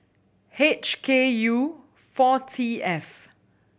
H K U four T F